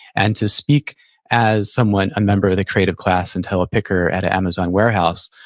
and to speak as someone, a member of the creative class, and tell a picker at a amazon warehouse,